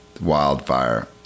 wildfire